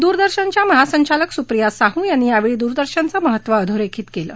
दूरदर्शनच्या महासंचालक सुप्रिया साहू यांनी यावेळी दूरदर्शनचं महत्व अधोरेखीत केलं